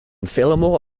fillmore